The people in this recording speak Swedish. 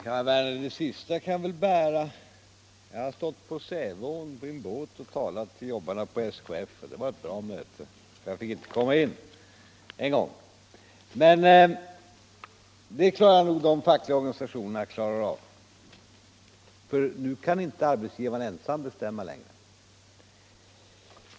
Herr talman! Ja, det här sista kan jag väl bära. Jag har stått på en båt i Säveån och talat till jobbarna på SKF, och det var ett bra möte. Jag fick inte komma in en gång. Men det klarar nog de fackliga organisationerna av, för nu kan inte arbetsgivaren ensam bestämma längre.